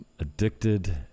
Addicted